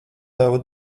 tavu